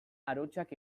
arotzak